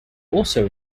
also